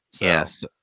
Yes